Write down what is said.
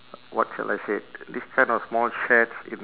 what shall I said these kind of small sheds in